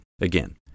Again